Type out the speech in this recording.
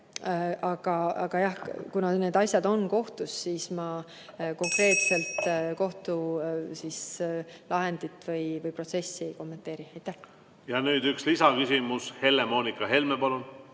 jah, kuna need asjad on kohtus, siis ma konkreetset kohtulahendit või ‑protsessi ei kommenteeri. Nüüd üks lisaküsimus. Helle-Moonika Helme, palun!